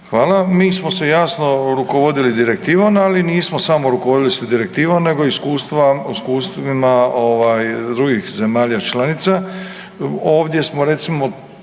Hvala. Mi smo se jasno rukovodili direktivama. Ali nismo samo rukovodili se direktivama, nego iskustvima drugih zemalja članica.